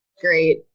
great